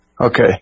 Okay